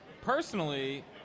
Personally